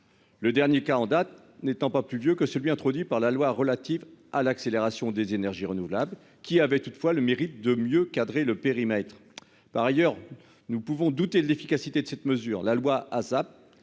Le dernier cas en date n'étant pas plus vieux que celui introduit par la loi relative à l'accélération des énergies renouvelables qui avait toutefois le mérite de mieux cadrer le périmètre. Par ailleurs, nous pouvons douter de l'efficacité de cette mesure, la loi ASAP